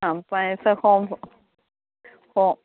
ആ പൈസ ഹോം